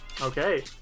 Okay